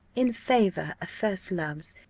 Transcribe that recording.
in favour of first loves,